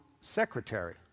secretary